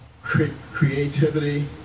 creativity